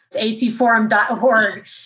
acforum.org